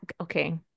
okay